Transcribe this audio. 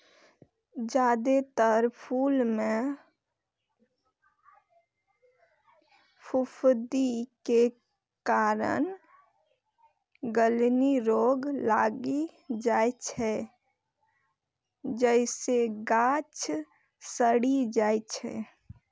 जादेतर फूल मे फफूंदी के कारण गलनी रोग लागि जाइ छै, जइसे गाछ सड़ि जाइ छै